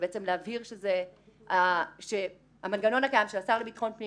זה בעצם להבהיר שהמנגנון הקיים של השר לביטחון פנים